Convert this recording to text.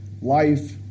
life